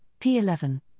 P11